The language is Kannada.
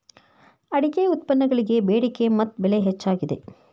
ಅಡಿಕೆ ಉತ್ಪನ್ನಗಳಿಗೆ ಬೆಡಿಕೆ ಮತ್ತ ಬೆಲೆ ಹೆಚ್ಚಾಗಿದೆ